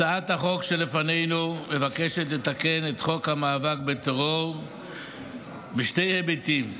הצעת החוק שלפנינו מבקשת לתקן את חוק המאבק בטרור בשני היבטים: